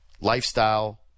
lifestyle